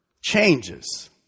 changes